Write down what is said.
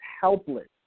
helpless